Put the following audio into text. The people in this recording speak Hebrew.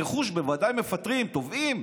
ברכוש, בוודאי מפטרים, תובעים,